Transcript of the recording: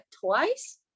twice